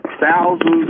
thousands